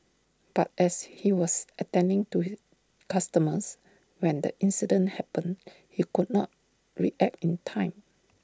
but as he was attending to customers when the incident happened he could not react in time